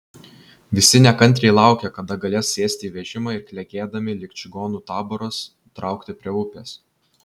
visi nekantriai laukė kada galės sėsti į vežimą ir klegėdami lyg čigonų taboras traukti prie upės